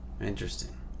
Interesting